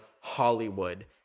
hollywood